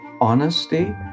honesty